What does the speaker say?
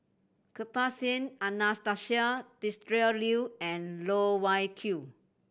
Kirpal Singh Anastasia Tjendri Liew and Loh Wai Kiew